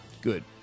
Good